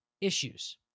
issues